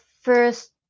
first